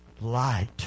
light